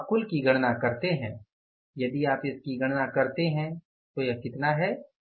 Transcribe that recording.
तो आप कुल की गणना करते हैं यदि आप इसकी गणना करते हैं तो यह कितना है